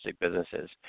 businesses